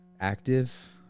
active